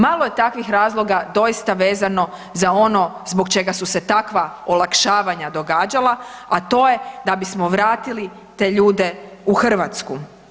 Malo je takvih razloga doista vezano za ono zbog čega su se takva olakšavanja događala, a to je da bismo vratili te ljude u Hrvatsku.